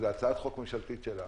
זו הצעת חוק ממשלתית שלה,